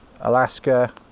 Alaska